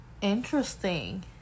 Interesting